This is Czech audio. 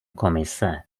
komise